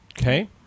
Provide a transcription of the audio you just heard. Okay